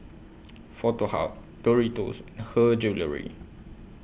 Foto Hub Doritos and Her Jewellery